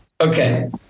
Okay